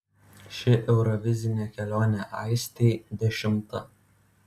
ši eurovizinė kelionė aistei dešimta